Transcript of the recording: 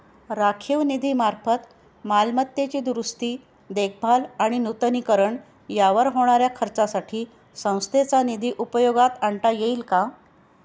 राखीव निधीमार्फत मालमत्तेची दुरुस्ती, देखभाल आणि नूतनीकरण यावर होणाऱ्या खर्चासाठी संस्थेचा निधी उपयोगात आणता येईल का?